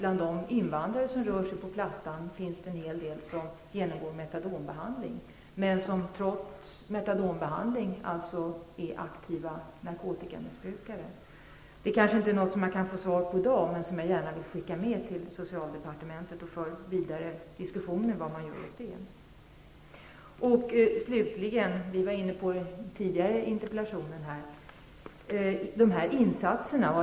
Bland de invandrare som rör sig på Plattan finns det nämligen en hel del personer som genomgår metadonbehandling men som trots denna är aktiva narkotikamissbrukare. Kanske går det inte att få svar i det avseendet i dag. Men jag ville gärna skicka med detta till socialdepartementet för vidare diskussioner om vad man skall göra åt det. Slutligen till en sak som vi i en tidigare interpellationsdebatt här var inne på.